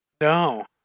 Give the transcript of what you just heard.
No